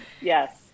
Yes